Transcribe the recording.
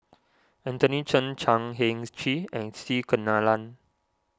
Anthony Chen Chan Heng Chee and C Kunalan